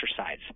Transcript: exercise